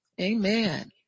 Amen